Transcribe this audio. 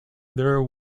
there